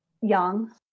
young